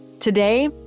Today